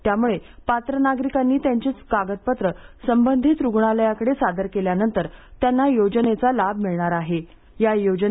त्याम्ळे पात्र नागरिकांनी त्यांची कागदपत्र संबंधित रुग्णालयांकडे सादर केल्यानंतर त्यांना योजनेचा लाभ मिळणार आहेया योजने